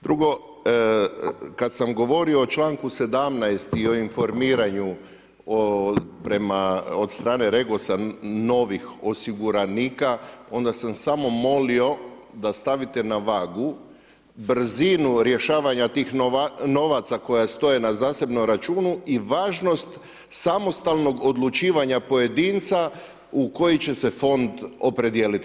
Drugo, kad sam govorio o članku 17. i o informiranju od strane REGOS-a novih osiguranika onda sam samo molio da stavite na vagu brzinu rješavanja tih novaca koji stoje na zasebnom računu i važnost samostalnog odlučivanja pojedinca u koji će se fond opredijeliti.